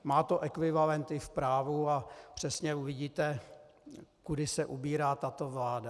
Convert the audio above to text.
Má to ekvivalenty v právu a přesně uvidíte, kudy se ubírá tato vláda.